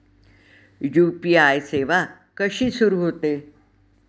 UPI सेवा कशी सुरू होते?